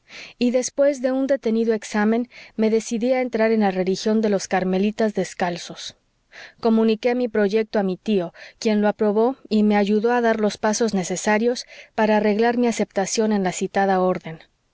y después de un detenido examen me decidí a entrar en la religión de los carmelitas descalzos comuniqué mi proyecto a mi tío quien lo aprobó y me ayudó a dar los pasos necesarios para arreglar mi aceptación en la citada orden